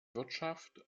wirtschaft